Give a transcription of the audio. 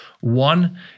one